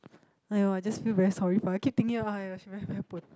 !aiyo! I just feel very sorry for I keep thinking !aiya! she very very poor